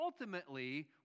ultimately